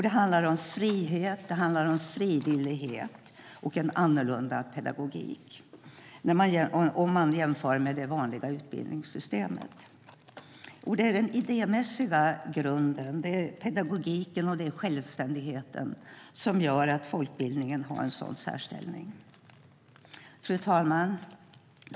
Det handlar om frihet, frivillighet och en annorlunda pedagogik - om man jämför med det vanliga utbildningssystemet. Och det är den idémässiga grunden, pedagogiken och självständigheten som ger folkbildningen en sådan särställning. Fru talman!